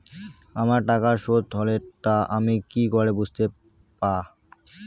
আমার টাকা শোধ হলে তা আমি কি করে বুঝতে পা?